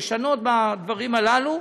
לשנות בדברים הללו,